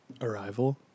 Arrival